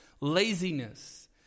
Laziness